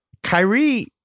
Kyrie